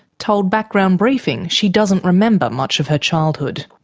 told background briefing she doesn't remember much of her childhood.